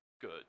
good